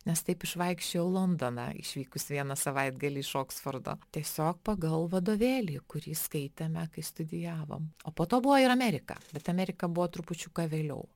nes taip išvaikščiojau londoną išvykus vieną savaitgalį iš oksfordo tiesiog pagal vadovėlį kurį skaitėme kai studijavom o po to buvo ir amerika bet amerika buvo trupučiuką vėliau